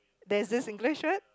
there's this Singlish word